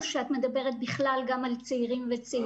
או שאת מדברת בכלל על צעירים וצעירות?